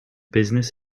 business